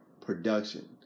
production